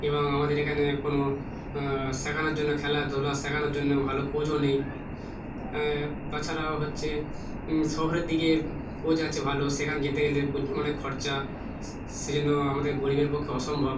এবং আমাদের এখানে কোনো শেখানোর জন্য খেলাধুলা শেখানোর জন্য ভালো কোচও নেই তাছাড়াও হচ্ছে শহরের দিকে কোচ আছে ভালো সেখানে যেতে গেলে অনেক খরচা সেজন্য আমাদের গরিবের পক্ষে অসম্ভব